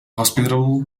hospitable